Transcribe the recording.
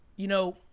you know,